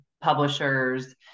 publishers